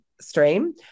stream